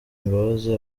imbabazi